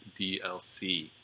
DLC